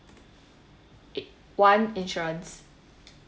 it one insurance